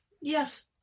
Yes